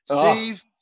Steve